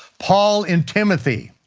paul in timothy.